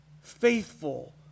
faithful